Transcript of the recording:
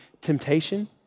temptation